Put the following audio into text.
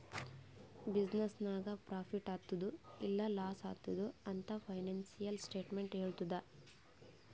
business ನಾಗ್ profit ಆತ್ತುದ್ ಇಲ್ಲಾ ಲಾಸ್ ಆತ್ತುದ್ ಅಂತ್ ಫೈನಾನ್ಸಿಯಲ್ ಸ್ಟೇಟ್ಮೆಂಟ್ ಹೆಳ್ತುದ್